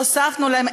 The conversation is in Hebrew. הוספנו להם.